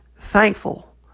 thankful